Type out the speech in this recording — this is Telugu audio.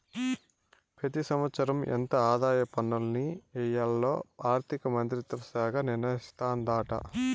పెతి సంవత్సరం ఎంత ఆదాయ పన్నుల్ని ఎయ్యాల్లో ఆర్థిక మంత్రిత్వ శాఖ నిర్ణయిస్తాదాట